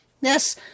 Yes